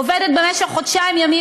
עובדת במשך חודשיים ימים,